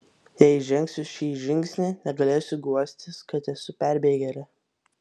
jei žengsiu šį žingsnį negalėsiu guostis kad esu perbėgėlė